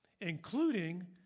including